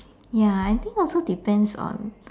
ya I think also depends on